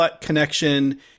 connection